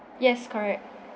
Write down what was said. yes correct